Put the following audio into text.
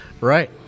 right